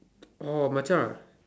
oh Macha